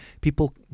people